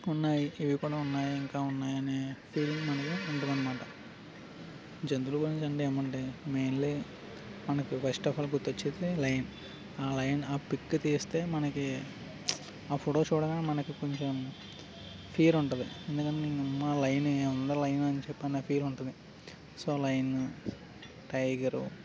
ఉన్నాయి ఇవి కూడా ఉన్నాయి ఇంకా ఉన్నాయనే ఫీలింగ్ మనకి ఉంటుదన్నమాట జంతువుల గురించి ఏమి అంటే మెయిన్లీ మనకు ఫస్ట్ ఆఫ్ ఆల్ గుర్తొచ్చేది లైయన్ ఆ లైయన్ ఆ పిక్ తీస్తే మనకి ఆ ఫోటో చూడగా మనకి కొంచెం ఫియర్ ఉంటుంది ఎందుకంటే అమ్మా లైయన్ ఏ ఉంద లైయన్ అని చెప్పి ఫీల్ ఉంటుంది సో లైయన్ టైగరు